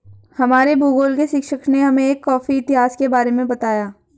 हमारे भूगोल के शिक्षक ने हमें एक कॉफी इतिहास के बारे में बताया